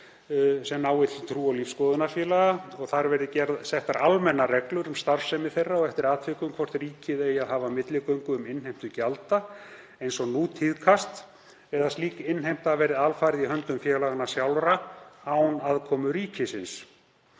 sem nái til trú- og lífsskoðunarfélaga. Þar verði settar almennar reglur um starfsemi þeirra og eftir atvikum hvort ríkið eigi að hafa milligöngu um innheimtu gjalda eins og nú tíðkast, eða hvort slík innheimta verði alfarið í höndum félaganna sjálfra án aðkomu ríkisins.